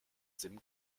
sim